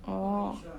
orh